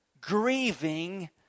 grieving